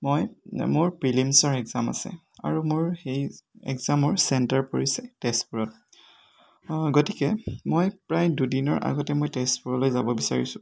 মই মোৰ প্ৰিলিমচৰ একজাম আছে আৰু মোৰ সেই একজামৰ চেণ্টাৰ পৰিছে তেজপুৰত গতিকে মই প্ৰায় দুদিনৰ আগতে মই তেজপুৰলৈ যাব বিচাৰিছোঁ